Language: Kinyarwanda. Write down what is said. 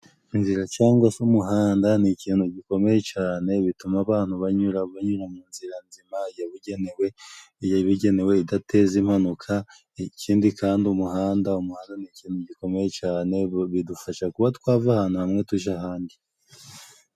Inzira cangwa se umuhanda ni ikintu gikomeye cane bituma abantu banyura banyura mu nzira nzima yabigenewe yabigenewe idateza impanuka ,ikindi kandi umuhanda umuhanda ni ikintu gikomeye cane bidufasha kuba twava ahantu hamwe tuja ahandi.